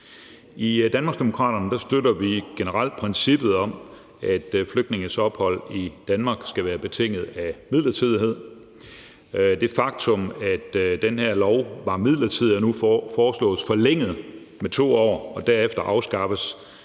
I Danmarksdemokraterne støtter vi generelt princippet om, at flygtninges ophold i Danmark skal være betinget af midlertidighed. Det faktum, at den her lov var midlertidig og nu foreslås forlænget med 2 år og derefter afskaffes,